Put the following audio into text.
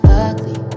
ugly